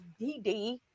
DD